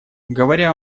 говоря